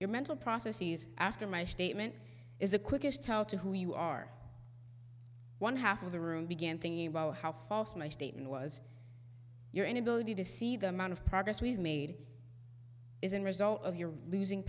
your mental processes after my statement is the quickest tell to who you are one half of the room began thinking about how false my statement was your inability to see the amount of progress we've made is a result of your releasing